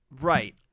Right